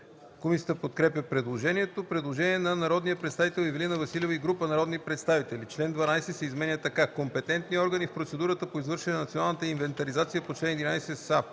Комисията подкрепя предложението. Предложение от народния представител Ивелина Василева и група народни представители: Чл. 12 се изменя така: „ (1) Компетентни органи в процедурата по извършване на националната инвентаризация по чл. 11 са: